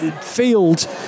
field